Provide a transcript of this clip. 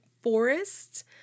forests